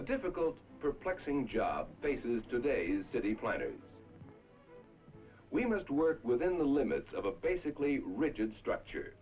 a difficult perplexing job faces today's city planners we must work within the limits of a basically rigid structure